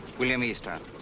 william easter.